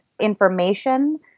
information